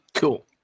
Cool